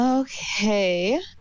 Okay